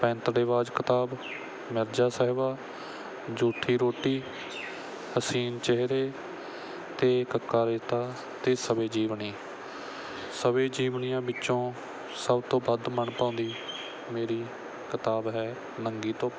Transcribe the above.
ਪੈਂਤੜੇਬਾਜ਼ ਕਿਤਾਬ ਮਿਰਜ਼ਾ ਸਾਹਿਬਾਂ ਜੂਠੀ ਰੋਟੀ ਹਸੀਨ ਚਿਹਰੇ ਅਤੇ ਕੱਕਾ ਰੇਤਾ ਅਤੇ ਸਵੈ ਜੀਵਨੀ ਸਵੈ ਜੀਵਨੀਆਂ ਵਿੱਚੋਂ ਸਭ ਤੋਂ ਵੱਧ ਮਨਭਾਉਂਦੀ ਮੇਰੀ ਕਿਤਾਬ ਹੈ ਨੰਗੀ ਧੁੱਪ